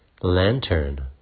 Lantern